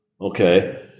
okay